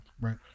right